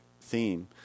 theme